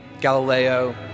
Galileo